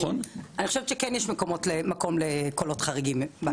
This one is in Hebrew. אני חושבת שכן יש מקום לקולות חריגים.